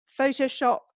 photoshop